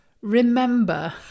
remember